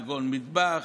כגון מטבח,